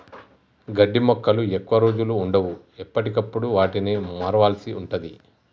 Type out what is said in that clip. గడ్డి మొక్కలు ఎక్కువ రోజులు వుండవు, ఎప్పటికప్పుడు వాటిని మార్వాల్సి ఉంటది